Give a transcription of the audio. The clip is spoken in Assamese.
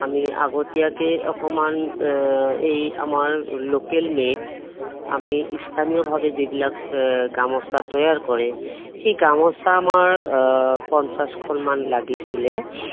আমি আগতীয়াকে অকণমান এই আমাৰ লোকেল মেইড আমি স্থানীয়ভাৱে যিবিলাক গামোচা তৈয়াৰ কৰে সেই গামোচা আমাৰ পঞ্চাছখনমান লাগিছিলে